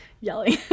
yelling